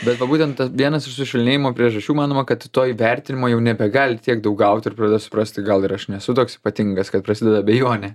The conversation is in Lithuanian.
bet va būtent ta vienas iš sušvelnėjimo priežasčių manoma kad to įvertinimo jau nebegali tiek daug gaut ir pradeda suprasti gal ir aš nesu toks ypatingas kad prasideda abejonė